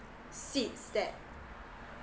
seats that